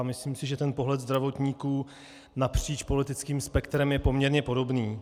Myslím si, že pohled zdravotníků napříč politickým spektrem je poměrně podobný.